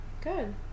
Good